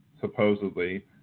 supposedly